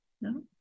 No